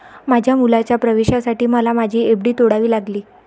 माझ्या मुलाच्या प्रवेशासाठी मला माझी एफ.डी तोडावी लागली